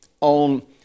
on